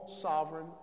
sovereign